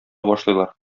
башлыйлар